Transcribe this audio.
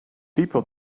people